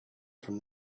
from